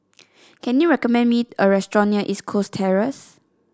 can you recommend me a restaurant near East Coast Terrace